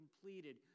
completed